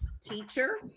teacher